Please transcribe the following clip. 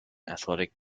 athletic